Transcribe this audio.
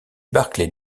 barclay